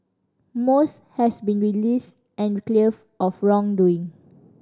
most has been released and cleared of wrongdoing